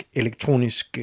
elektronisk